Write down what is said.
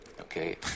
Okay